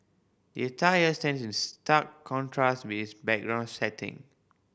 the attire stands in stark contrast with background setting